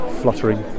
fluttering